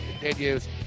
continues